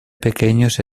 pequeños